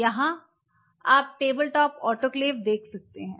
यहाँ आप tabletop autoclave देख सकते हैं